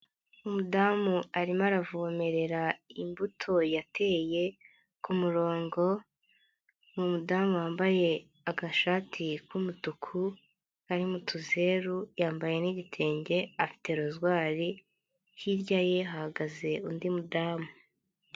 Umudamu arimo aravomerera imbuto yateye ku murongo, ni umudamu wambaye agashati k'umutuku, karimo utuzeru yambaye n'igitenge afite rozwari, hirya ye hahagaze undi mudamu.